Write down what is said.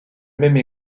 même